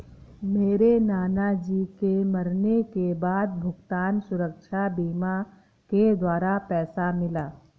मेरे नाना जी के मरने के बाद भुगतान सुरक्षा बीमा के द्वारा पैसा मिला